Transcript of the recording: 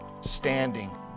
standing